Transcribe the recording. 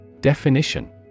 definition